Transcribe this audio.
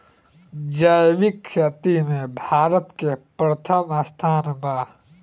जैविक खेती में भारत के प्रथम स्थान बा